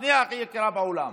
השנייה הכי יקרה בעולם.